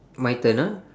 my turn ah